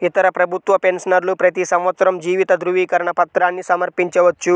ఇతర ప్రభుత్వ పెన్షనర్లు ప్రతి సంవత్సరం జీవిత ధృవీకరణ పత్రాన్ని సమర్పించవచ్చు